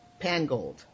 Pangold